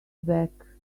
back